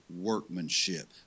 workmanship